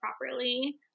properly